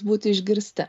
būti išgirsti